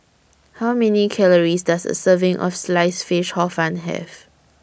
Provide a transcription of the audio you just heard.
How Many Calories Does A Serving of Sliced Fish Hor Fun Have